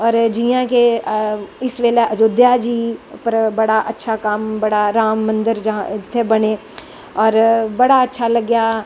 और जियां कि इस बेल्लै अयोध्य जी बड़ा अच्छा कम्म राम मन्दर जां बनें और बड़ा अच्छा लग्गेआ